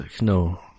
No